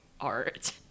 art